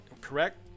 correct